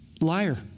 liar